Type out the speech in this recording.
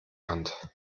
hand